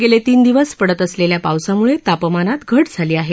गेले तीन दिवस पडत असलेल्या पावसामुळे तापमानात घट झाली आहे